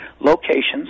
locations